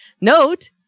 Note